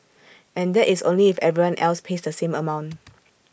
and that is only if everyone else pays the same amount